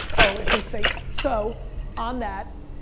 oh, if they say, so on that,